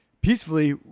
peacefully